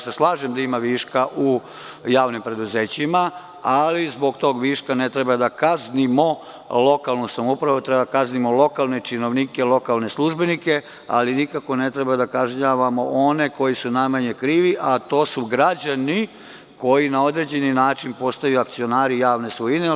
Slažem se da ima viška u javnim preduzećima, ali zbog tog viška ne treba da kaznimo lokalnu samoupravu, treba da kaznimo lokalne činovnike, lokalne službenike, ali nikako ne treba da kažnjavamo one koji su najmanje krivi, a to su građani koji na određeni način postaju akcionari javne svojine.